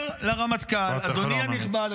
אומר לרמטכ"ל: אדוני הנכבד --- משפט אחרון.